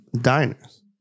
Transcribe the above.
Diners